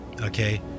Okay